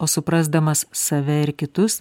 o suprasdamas save ir kitus